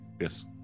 Yes